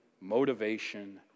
motivation